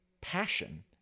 passion